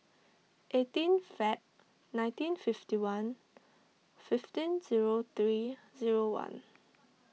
eighteen Feb nineteen fifty one fifteen zero three zero one